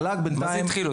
מה זה "התחילו"?